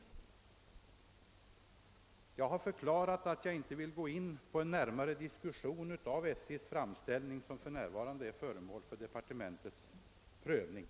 Jag har vidare förklarat att jag inte vill gå in på någon närmare diskussion om SJ:s framställning i taxefrågan, vilken för närvarande är föremål för departementets prövning.